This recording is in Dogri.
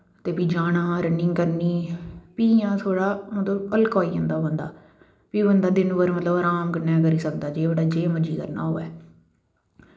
ते फ्ही जाना रनिंग करनी फ्ही इयां थोह्ड़ा मतलव हल्का होई जंदा बंदा फ्ही बंदा दिन भर मतलव राम कन्नै करी सकदा जे मर्जी करना होऐ